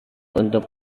untuk